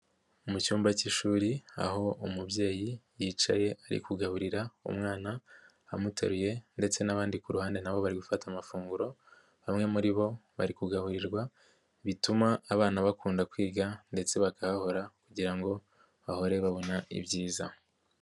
Mu cyumba k'ishuri aho umubyeyi yicaye ari kugaburira umwana amuteruye ndetse n'abandi ku ruhande na bo bari gufata amafunguro, bamwe muri bo bari kugaburirwa bituma abana bakunda kwiga ndetse bakahahora kugira ngo bahore babona ibyiza.